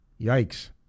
Yikes